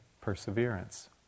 perseverance